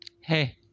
hey